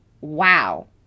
wow